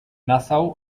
nassau